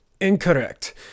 incorrect